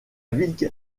ville